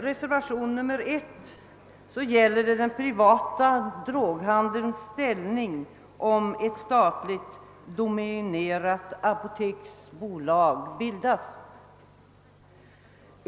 Reservationen 1 gäller den privata droghandelns ställning, om ett statligt dominerat apoteksbolag bildas.